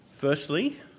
Firstly